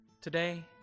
Today